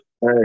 Hey